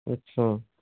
अच्छा